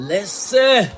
Listen